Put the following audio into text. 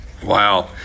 Wow